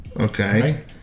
Okay